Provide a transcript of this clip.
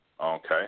Okay